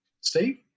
Steve